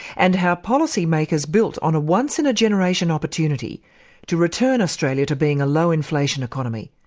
and how policymakers built on a one-in-a-generation opportunity to return australia to being a low inflation economy.